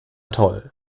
toll